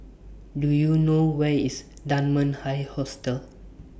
Do YOU know Where IS Dunman High Hostel